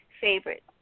favorite